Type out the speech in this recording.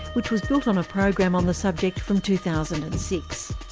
which was built on a program on the subject from two thousand and six.